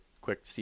quick